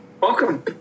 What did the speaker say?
Welcome